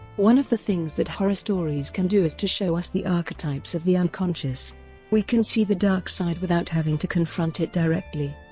one of the things that horror stories can do is to show us the archetypes of the unconscious we can see the dark side without having to confront it directly.